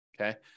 okay